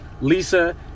lisa